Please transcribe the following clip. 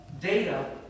data